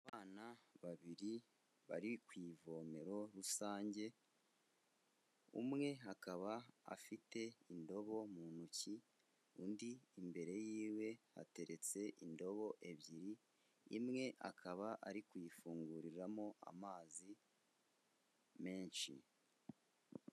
Abana babiri bari ku ivomero rusange, umwe akaba afite indobo mu ntoki, undi imbere y'iwe hateretse indobo ebyiri, imwe akaba ari kuyifunguriramo amazi menshi.